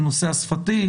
בנושא השפתי.